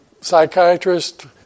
psychiatrist